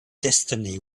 destiny